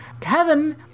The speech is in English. Kevin